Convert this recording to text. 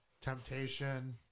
Temptation